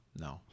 no